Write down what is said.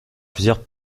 plusieurs